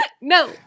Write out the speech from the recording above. No